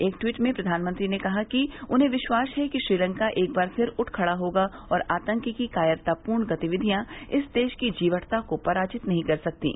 एक ट्वीट में प्रधानमंत्री ने कहा कि उन्हें विश्वास है कि श्रीलंका एक बार फिर उठ खड़ा होगा और आतंक की कायरतापूर्ण गतिविधियां इस देश की जीवटता को पराजित नहीं कर सकतीं